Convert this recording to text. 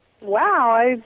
Wow